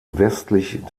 westlich